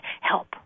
help